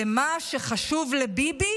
ומה שחשוב לביבי